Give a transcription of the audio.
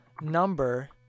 number